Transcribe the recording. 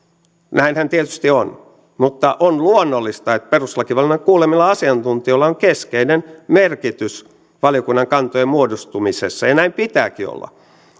näinhän se tietysti on mutta on luonnollista että perustuslakivaliokunnan kuulemilla asiantuntijoilla on keskeinen merkitys valiokunnan kantojen muodostumisessa ja näin pitääkin olla